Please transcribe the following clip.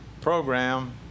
program